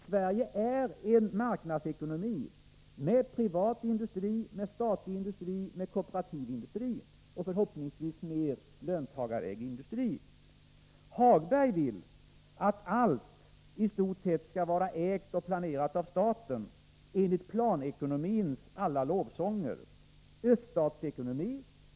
Sverige är en marknadsekonomi, med privat industri, statlig industri och kooperativ industri, och förhoppningsvis mer löntagarägd industri. Herr Hagberg vill att i stort sett allt skall vara ägt och planerat av staten enligt planekonomins alla lovsånger — öststatsekonomi.